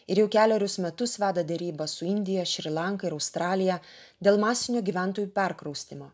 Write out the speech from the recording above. ir jau kelerius metus veda derybas su indija šri lanka ir australija dėl masinio gyventojų perkraustymo